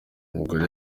umugore